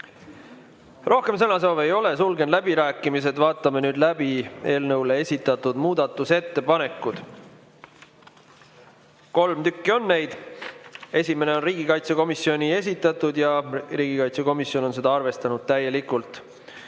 Rohkem sõnasoove ei ole, sulgen läbirääkimised. Vaatame nüüd läbi eelnõu kohta esitatud muudatusettepanekud. Kolm tükki on neid. Esimene on riigikaitsekomisjoni esitatud ja riigikaitsekomisjon on seda arvestanud täielikult.